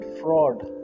fraud